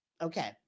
Okay